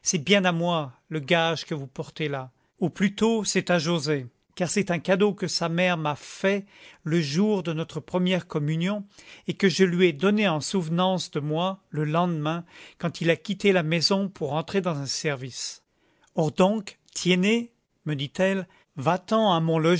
bien à moi le gage que vous portez là ou plutôt c'est à joset car c'est un cadeau que sa mère m'a fait le jour de notre première communion et que je lui ai donné en souvenance de moi le lendemain quand il a quitté la maison pour entrer dans un service or donc tiennet me dit-elle va-t'en à mon